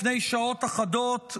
לפני שעות אחדות,